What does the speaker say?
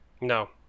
No